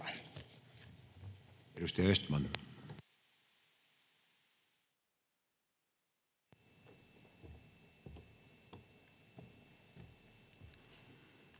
Edustaja Östman.